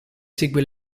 segue